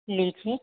लीची